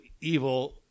evil –